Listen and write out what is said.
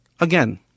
again